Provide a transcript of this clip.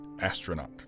astronaut